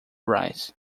rice